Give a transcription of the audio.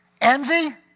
Envy